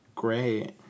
Great